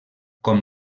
com